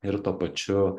ir tuo pačiu